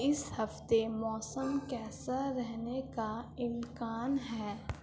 اس ہفتے موسم کیسا رہنے کا امکان ہے